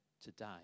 today